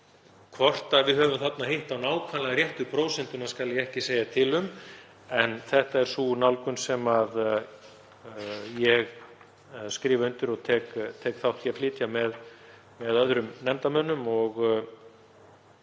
Hvort við höfum þarna hitt á nákvæmlega réttu prósentuna skal ég ekki segja, en þetta er sú nálgun sem ég skrifa undir og tek þátt í að flytja með öðrum nefndarmönnum og